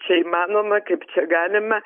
čia įmanoma kaip čia galima